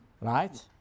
right